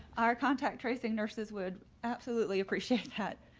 our contact tracing nurses would absolutely appreciate that.